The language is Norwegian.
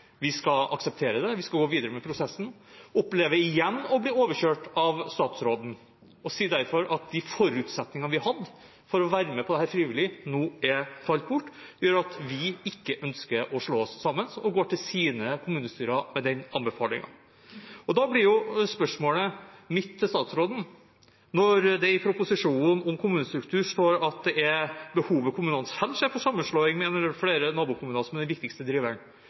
vi skal akseptere det, vi skal gå videre med prosessen. De opplever igjen å bli overkjørt av statsråden og sier derfor: De forutsetningene vi hadde for å være med på dette frivillig, er nå falt bort og gjør at vi ikke ønsker å slå oss sammen. Og så går de til sine kommunestyrer med den anbefalingen. Da blir spørsmålet mitt til statsråden: Når det i proposisjonen om kommunestruktur står at det er behovet kommunene selv ser for sammenslåing med en eller flere nabokommuner som er den viktigste